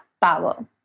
power